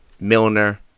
Milner